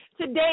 Today